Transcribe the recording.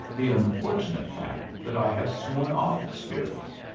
the unfortunate fact that i have sworn off spirits.